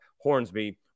Hornsby